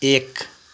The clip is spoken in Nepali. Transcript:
एक